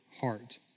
heart